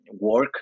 work